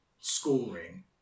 scoring